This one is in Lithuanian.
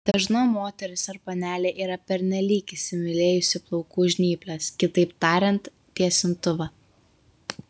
dažna moteris ar panelė yra pernelyg įsimylėjusi plaukų žnyples kitaip tariant tiesintuvą